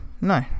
no